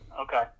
Okay